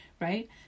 right